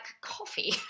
coffee